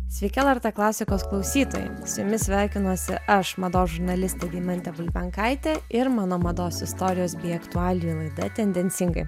sveiki lrt klasikos klausytojai su jumis sveikinuosi aš mados žurnalistė deimantė bulbenkaitė ir mano mados istorijos bei aktualijų laida tendencingai